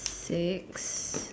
six